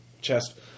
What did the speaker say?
chest